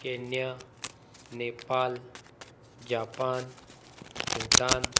Kenya Nepal Japan Bhutan